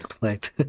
right